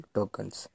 Tokens